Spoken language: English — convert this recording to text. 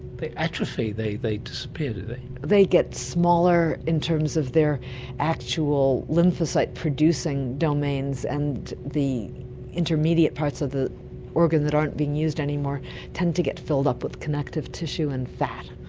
they atrophy, they they disappear do they? they get smaller in terms of their actual lymphocyte producing domains, and the intermediate parts of the organ that aren't being used anymore tend to get filled up with connective tissue and fat.